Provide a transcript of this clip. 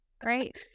Great